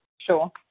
Sure